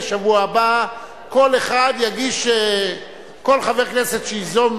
מהשבוע הבא כל חבר כנסת שייזום,